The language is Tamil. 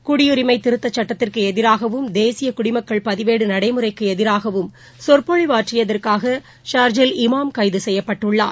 குடியுரிமை திருத்தச் சட்டத்திற்கு எதிராகவும் தேசிய குடிமக்கள் பதிவேடு நடைமுறைக்கு எதிராகவும் சொற்பொழிவாற்றியதற்காக ஷார்ஜில் இமாம் கைது செய்யப்பட்டுள்ளார்